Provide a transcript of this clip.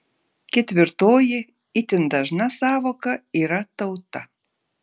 ketvirtoji itin dažna sąvoka yra tauta